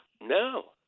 No